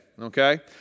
Okay